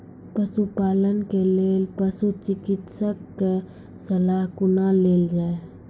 पशुपालन के लेल पशुचिकित्शक कऽ सलाह कुना लेल जाय?